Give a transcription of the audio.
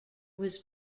was